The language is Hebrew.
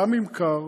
גם אם קר,